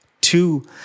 Two